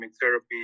therapy